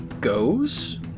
goes